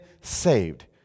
saved